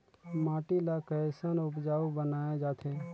माटी ला कैसन उपजाऊ बनाय जाथे?